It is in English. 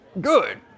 Good